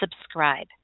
subscribe